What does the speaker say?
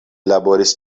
laboris